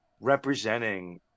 representing